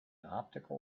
optical